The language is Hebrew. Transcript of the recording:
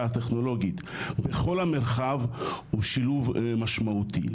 הטכנולוגית בכל המרחב הוא שילוב משמעותי.